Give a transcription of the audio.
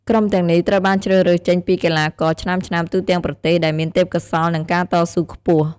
ក្រុមទាំងនេះត្រូវបានជ្រើសរើសចេញពីកីឡាករឆ្នើមៗទូទាំងប្រទេស ដែលមានទេពកោសល្យ និងការតស៊ូខ្ពស់។